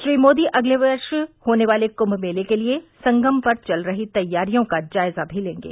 श्री मोदी अगले वर्ष होने वाले कुंभ मेले के लिये संगम पर चल रही तैयारियों का जायजा भी लेंगे